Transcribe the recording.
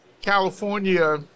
California